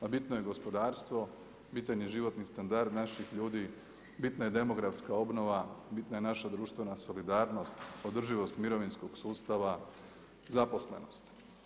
A bitno je gospodarstvo, bitan je životni standard naših ljudi, bitna je demografska obnova, bitna je naša društvena solidarnost, održivost mirovinskog sustava, zaposlenost.